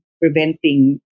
preventing